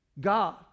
God